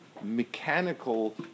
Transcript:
mechanical